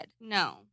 No